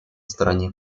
стороне